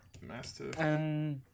master